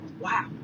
wow